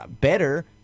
better